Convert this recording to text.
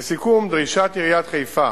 לסיכום, דרישת עיריית חיפה